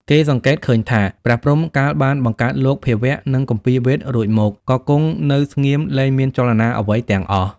គេសង្កេតឃើញថា ព្រះព្រហ្មកាលបានបង្កើតលោក ភាវៈ និងគម្ពីរវេទរួចមក ក៏គង់នៅស្ងៀមលែងមានចលនាអ្វីទាំងអស់។